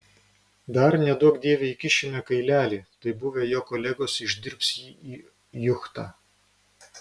dar neduok dieve įkišime kailelį tai buvę jo kolegos išdirbs jį į juchtą